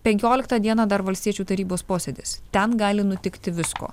penkioliktą dieną dar valstiečių tarybos posėdis ten gali nutikti visko